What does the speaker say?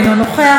אינו נוכח,